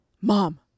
Mom